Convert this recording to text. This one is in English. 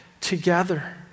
together